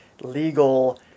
legal